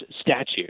statute